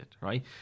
right